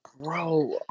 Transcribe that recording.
Bro